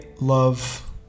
love